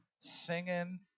singing